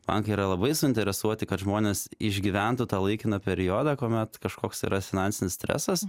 bankai yra labai suinteresuoti kad žmonės išgyventų tą laikiną periodą kuomet kažkoks yra finansinis stresas